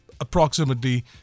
approximately